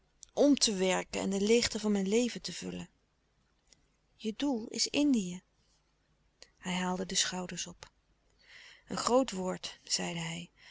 om te werken en de leêgte van mijn leven te vullen je doel is indië hij haalde de schouders op een groot woord zeide hij